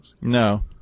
No